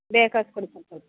ಬೇಗ ಕಳಸ್ಕೊಡಿ ಸರ್ ಸ್ವಲ್ಪ